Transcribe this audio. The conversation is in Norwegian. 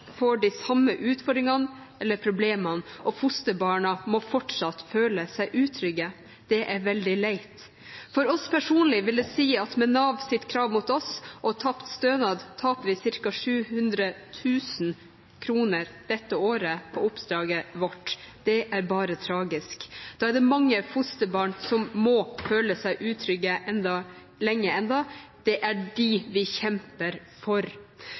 får de samme utfordringene eller problemene, og fosterbarna må fortsatt føle seg utrygge. Det er veldig leit. For oss personlig vil det si at med Nav sitt krav mot oss og tapt stønad taper vi ca. 700 000 kr dette året på oppdraget vårt. Det er bare tragisk. Da er det mange fosterbarn som må føle seg utrygge lenge ennå. Det er dem vi kjemper for.